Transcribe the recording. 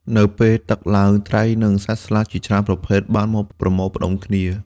នៅពេលទឹកឡើង ត្រី និងសត្វស្លាបជាច្រើនប្រភេទបានមកប្រមូលផ្តុំគ្នា។